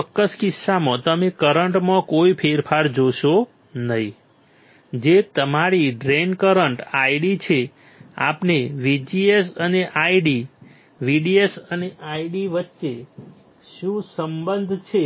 આ ચોક્કસ કિસ્સામાં તમે કરંટમાં કોઈ ફેરફાર જોશો નહીં જે તમારી ડ્રેઇન કરંટ ID છે આપણે VGS અને ID VDS અને ID વચ્ચે શું સંબંધ છે